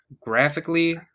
graphically